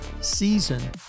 season